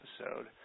episode